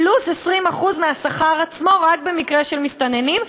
פלוס 20% מהשכר עצמו רק במקרה של מסתננים,